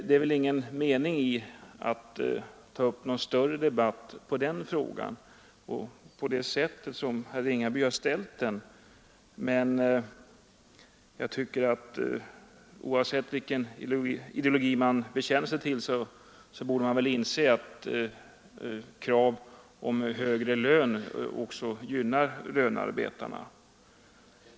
Det är ingen mening med att ta upp någon större debatt kring den frågan på det sätt som herr Ringaby här framställt det hela, men oavsett vilken ideologi man bekänner sig till borde man inse att krav om högre lön också gynnar lönearbetarna.